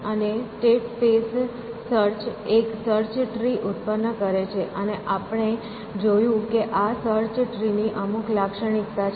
અને state space search એક search tree ઉત્પન્ન કરે છે અને આપણે જોયું કે આ સર્ચ ટ્રી ની અમુક લાક્ષણિકતા છે